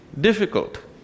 difficult